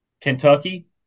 Kentucky